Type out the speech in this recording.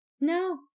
No